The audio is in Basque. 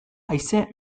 haize